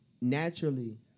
naturally